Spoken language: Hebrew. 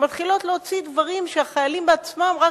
שמתחילות להוציא דברים שהחיילים בעצמם רק